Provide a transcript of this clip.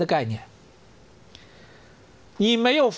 the guy e mail